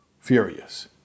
furious